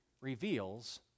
reveals